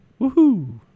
Woohoo